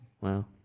Wow